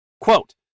Quote